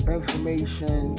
information